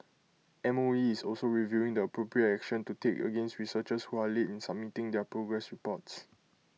M O E is also reviewing the appropriate action to take against researchers who are late in submitting their progress reports